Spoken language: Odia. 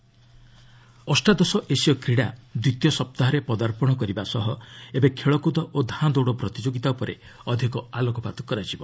ଏସିଆନ୍ ଗେମ୍ସ୍ ଅଷ୍ଟାଦଶ ଏସୀୟ କ୍ରୀଡ଼ା ଦ୍ୱିତୀୟ ସପ୍ତାହରେ ପଦାର୍ପଣ କରିବା ସହ ଏବେ ଖେଳକୁଦ ଓ ଧାଁଦୌଡ଼ ପ୍ରତିଯୋଗିତା ଉପରେ ଅଧିକ ଆଲୋକପାତ କରାଯିବ